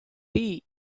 tea